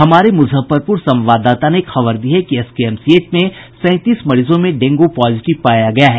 हमारे मुजफ्फरपुर संवाददाता ने खबर दी है कि एसकेएमसीएच में सैंतीस मरीजों में डेंगू पॉजिटिव पाया गया है